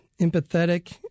empathetic